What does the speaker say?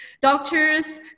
doctors